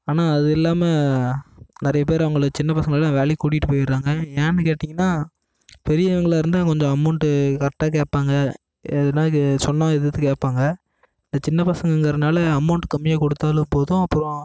ஆனால் அது இல்லாமல் நிறைய பேர் அவங்கள சின்ன பசங்களலாம் வேலைக்கு கூட்டிகிட்டு போயிடுறாங்க ஏன்னு கேட்டீங்கன்னா பெரியவங்களா இருந்தால் கொஞ்சம் அமௌண்ட்டு கரெக்டாக கேட்பாங்க எதுனா கே சொன்னால் எதிர்த்து கேட்பாங்க இந்த சின்ன பசங்கங்கிறனால அமௌண்ட்டு கம்மியாக கொடுத்தாலும் போதும் அப்புறோம்